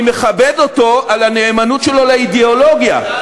אני מכבד אותו על הנאמנות שלו לאידיאולוגיה, אבל,